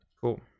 Cool